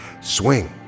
swing